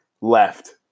left